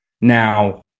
Now